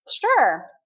Sure